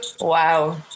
Wow